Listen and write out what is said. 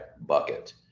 bucket